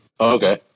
Okay